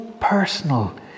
personal